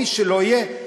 מי שלא יהיה,